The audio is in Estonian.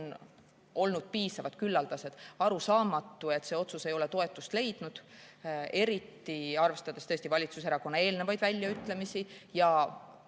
olnud piisavalt küllaldased, on arusaamatu, et see otsus ei ole toetust leidnud. Eriti arvestades valitsuserakonna eelnevaid väljaütlemisi ja